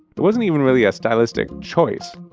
it wasn't even really a stylistic choice.